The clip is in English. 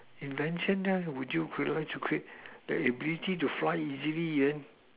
invention leh would you like to create the ability to fly easily then